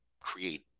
create